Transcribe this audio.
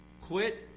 quit